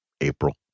April